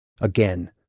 again